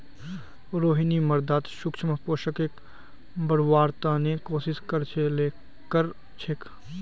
रोहिणी मृदात सूक्ष्म पोषकक बढ़व्वार त न कोशिश क र छेक